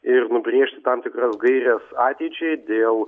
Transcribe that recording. ir nubrėžti tam tikras gaires ateičiai dėl